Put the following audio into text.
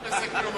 בזה כלום,